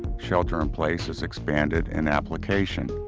shelter in place has expanded in application,